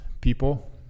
people